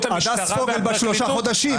המשטרה והפרקליטות -- הדס פוגל בת שלושה חודשים,